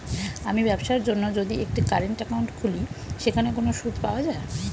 আমি ব্যবসার জন্য যদি একটি কারেন্ট একাউন্ট খুলি সেখানে কোনো সুদ পাওয়া যায়?